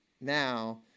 now